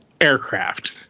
Aircraft